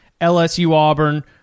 LSU-Auburn